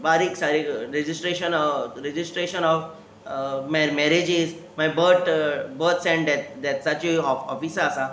बारीक सारीक registration of marriages मागीर बथ बर्थ एंड डेथसाची ऑफिसां आसा